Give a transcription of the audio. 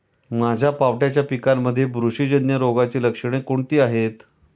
माझ्या पावट्याच्या पिकांमध्ये बुरशीजन्य रोगाची लक्षणे कोणती आहेत?